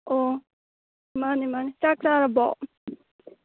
ꯑꯣ ꯃꯥꯅꯦ ꯆꯥꯛ ꯆꯥꯔꯕꯣ